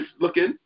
looking